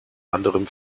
anderem